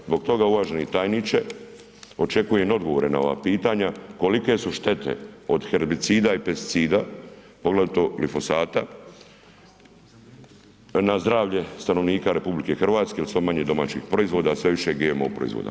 Zbog toga uvaženi tajniče očekujem odgovore na ova pitanja kolike su štete od herbicida i pesticida, poglavito glifosata na zdravlje stanovnika RH jer je sve manje domaćih proizvoda a sve više GMO proizvoda.